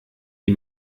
die